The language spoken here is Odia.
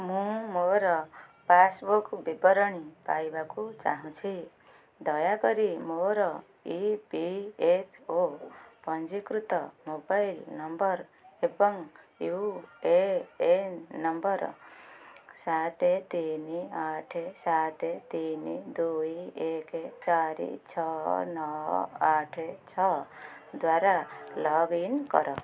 ମୁଁ ମୋର ପାସ୍ବୁକ୍ ବିବରଣୀ ପାଇବାକୁ ଚାହୁଁଛି ଦୟାକରି ମୋର ଇ ପି ଏଫ୍ ଓ ପଞ୍ଜିକୃତ ମୋବାଇଲ ନମ୍ବର ଏବଂ ୟୁ ଏ ଏନ୍ ନମ୍ବର ସାତ ତିନି ଆଠ ସାତ ତିନି ଦୁଇ ଏକ ଚାରି ଛଅ ନଅ ଆଠ ଛଅ ଦ୍ୱାରା ଲଗ୍ ଇନ୍ କର